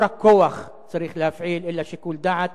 לא רק כוח צריך להפעיל, אלא שיקול דעת.